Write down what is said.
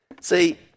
See